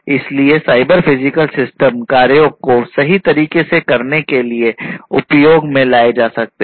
इसलिए cyber physical system कार्यों को सही तरीके से करने के लिए उपयोग में लाए जा सकते हैं